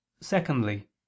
secondly